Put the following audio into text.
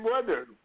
weather